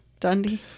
Dundee